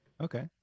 Okay